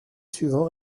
suivant